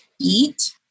eat